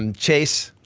um chase,